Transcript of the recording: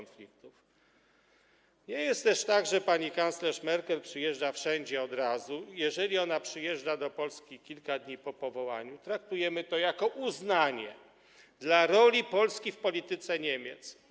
Nie jest też tak, że pani kanclerz Merkel przyjeżdża wszędzie od razu i jeżeli ona przyjeżdża do Polski kilka dni po powołaniu, traktujemy to jako uznanie dla roli Polski w polityce Niemiec.